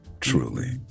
Truly